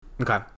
Okay